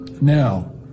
Now